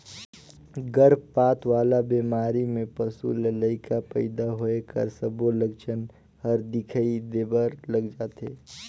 गरभपात वाला बेमारी में पसू ल लइका पइदा होए कर सबो लक्छन हर दिखई देबर लग जाथे